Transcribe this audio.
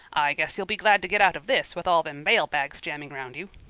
i guess you'll be glad to git out of this, with all them mail bags jamming round you.